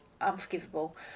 unforgivable